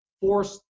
force